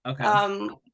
Okay